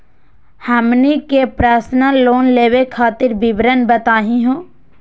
हमनी के personal loan लेवे खातीर विवरण बताही हो?